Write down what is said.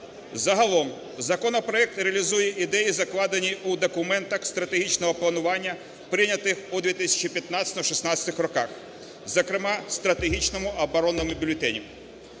Загалом законопроект реалізує ідеї, закладені у документах стратегічного планування, прийнятих у 2015-2016 роках, зокрема Стратегічному оборонному бюлетені.